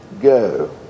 go